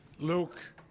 Luke